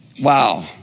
wow